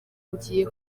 ngiye